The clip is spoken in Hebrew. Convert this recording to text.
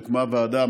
הוקמה ועדה,